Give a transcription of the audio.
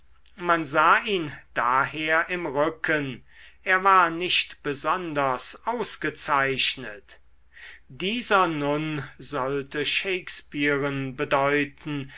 man sah ihn daher im rücken er war nicht besonders ausgezeichnet dieser nun sollte shakespearen bedeuten